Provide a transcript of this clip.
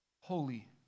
holy